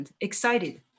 excited